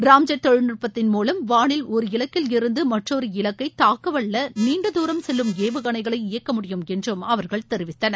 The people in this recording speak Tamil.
ராம்ஜெட் தொழில்நுட்பத்தின் மூலம் வானில் ஓர் இலக்கில் இருந்து மற்றொரு இலக்கை தாக்கவல்ல நீண்ட தூரம் செல்லும் ஏவுகணைகளை இயக்க முடியும் என்று அவர்கள் தெரிவித்தனர்